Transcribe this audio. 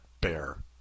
bear